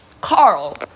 Carl